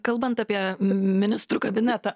kalbant apie ministrų kabinetą